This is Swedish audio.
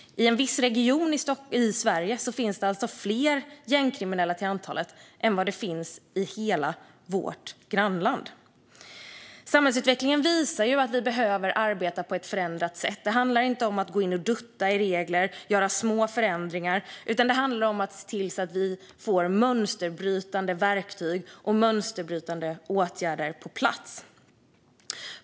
I en viss region i Sverige finns det alltså fler gängkriminella till antalet än det finns i hela vårt grannland. Samhällsutvecklingen visar att vi behöver arbeta på ett förändrat sätt. Det handlar inte om att gå in och dutta i regler och göra små förändringar, utan det handlar om att se till att vi får mönsterbrytande verktyg och mönsterbrytande åtgärder på plats.